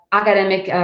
academic